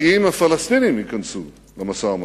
האם הפלסטינים ייכנסו למשא-ומתן?